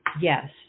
yes